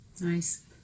Nice